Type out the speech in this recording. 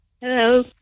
hello